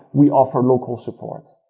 we offer local support.